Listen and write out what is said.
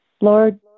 Lord